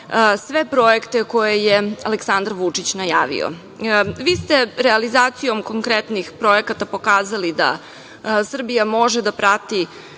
sve projekte koje je Aleksandar Vučić najavio. Vi ste realizacijom konkretnih projekata pokazali da Srbija može da prati